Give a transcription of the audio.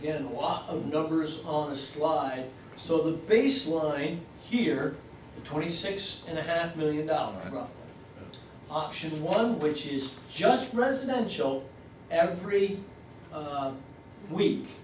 of numbers on the slide so the baseline here twenty six and a half million dollars option one which is just presidential every week